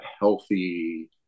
healthy